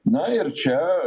na ir čia